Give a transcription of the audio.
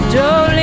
Jolene